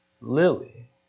lily